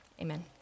Amen